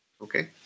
okay